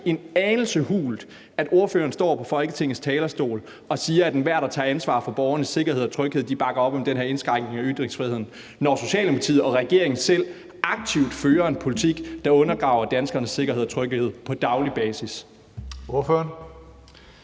en anelse hult, når ordføreren står på Folketingets talerstol og siger, at enhver, der tager ansvar for borgernes sikkerhed og tryghed, bakker op om den her indskrænkning af ytringsfriheden, når Socialdemokratiet og regeringen selv aktivt fører en politik, der undergraver danskernes sikkerhed og tryghed på daglig basis?